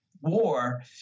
war